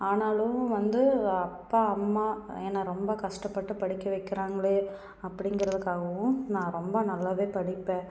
ஆனாலும் வந்து அப்பா அம்மா என்னை ரொம்ப கஷ்டப்பட்டு படிக்க வக்கிறாங்களே அப்படிங்கிறதுக்காகவும் நான் ரொம்ப நல்லாவே படிப்பேன்